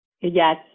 Yes